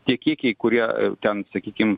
tie kiekiai kurie ten sakykim